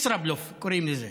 ישראבלוף קוראים לזה.